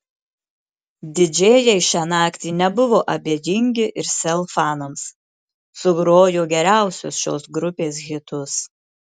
didžėjai šią naktį nebuvo abejingi ir sel fanams sugrojo geriausius šios grupės hitus